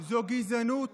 זו גזענות,